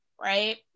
right